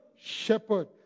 shepherd